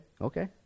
okay